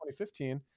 2015